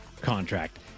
contract